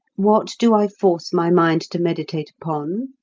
what do i force my mind to meditate upon?